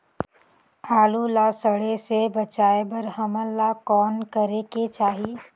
आलू ला सड़े से बचाये बर हमन ला कौन करेके चाही?